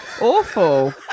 awful